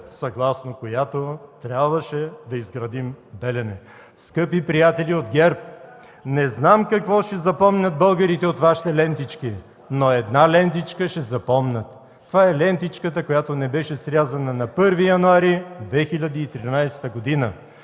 съгласно която трябваше да изградим „Белене”. Скъпи приятели от ГЕРБ, не знам какво ще запомнят българите от Вашите лентички, но една лентичка ще запомнят – лентичката, която не беше срязана на 1 януари 2013 г.,